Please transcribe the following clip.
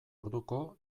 orduko